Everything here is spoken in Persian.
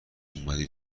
اومد